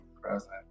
present